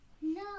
no